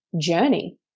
journey